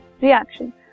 reaction